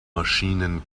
maschinen